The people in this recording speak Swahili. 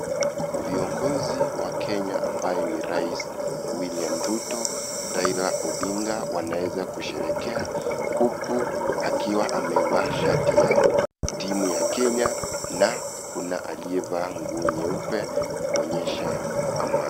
Viongozi wa Kenya ambaye ni rais William Ruto, Raila Odinga wanaweza kusherehekea huku wakiwa amevaa shati ya timu ya Kenya na kuna aliyevaa nguo ya nyeupe kuonyesha ama.